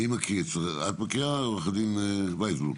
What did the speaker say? עוה"ד ויסבלום,